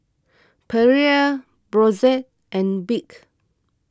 Perrier Brotzeit and Bic